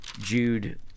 Jude